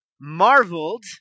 marveled